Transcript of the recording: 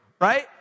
right